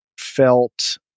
felt